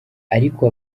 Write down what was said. ariko